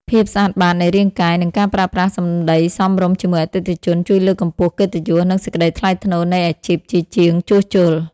ភាពស្អាតបាតនៃរាងកាយ និងការប្រើប្រាស់សម្តីសមរម្យជាមួយអតិថិជន ជួយលើកកម្ពស់កិត្តិយស និងសេចក្តីថ្លៃថ្នូរនៃអាជីពជាជាងជួសជុល។